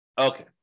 Okay